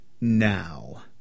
now